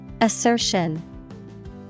Assertion